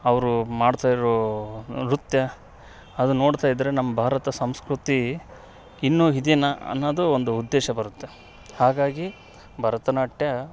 ಅವರು ಮಾಡ್ತಾಯಿರೋ ನೃತ್ಯ ಅದನ್ನು ನೋಡ್ತಾಯಿದ್ರೆ ನಮ್ಮ ಭಾರತ ಸಂಸ್ಕೃತಿ ಇನ್ನು ಇದೇನಾ ಅನ್ನೋದು ಒಂದು ಉದ್ದೇಶ ಬರುತ್ತೆ ಹಾಗಾಗಿ ಭರತನಾಟ್ಯ